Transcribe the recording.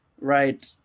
right